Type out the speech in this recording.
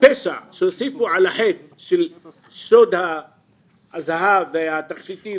הפשע שהוסיפו על החטא של שוד הזהב והתכשיטים